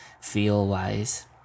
feel-wise